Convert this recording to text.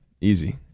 Easy